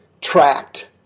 tracked